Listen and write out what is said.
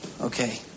Okay